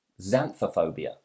Xanthophobia